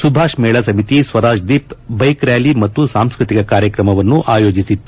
ಸುಭಾಷ್ ಮೇಳ ಸಮಿತಿ ಸ್ವರಾಜ್ದೀಪ್ಬೈಕ್ ರ್ಯಾಲಿ ಮತ್ತು ಸಾಂಸ್ಕೃತಿಕ ಕಾರ್ಯಕ್ರಮವನ್ನು ಆಯೋಜಿಸಿತ್ತು